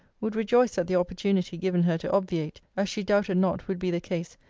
would rejoice at the opportunity given her to obviate, as she doubted not would be the case,